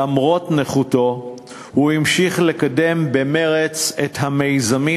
למרות נכותו הוא המשיך לקדם במרץ את המיזמים